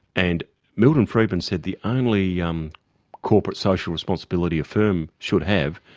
and milton friedman said the only um corporate social responsibility a firm should have,